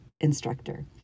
instructor